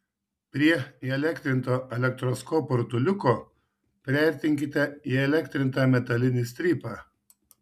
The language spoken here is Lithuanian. prie įelektrinto elektroskopo rutuliuko priartinkite įelektrintą metalinį strypą